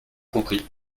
compris